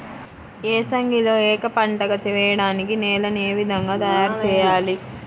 ఏసంగిలో ఏక పంటగ వెయడానికి నేలను ఏ విధముగా తయారుచేయాలి?